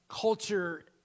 culture